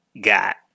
got